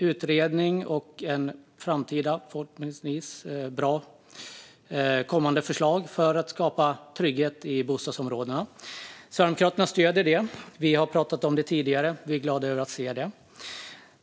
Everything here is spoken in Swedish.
Förhoppningsvis kommer det fram bra förslag. Sverigedemokraterna stöder detta. Vi har pratat om det tidigare, och vi är glada över att se det.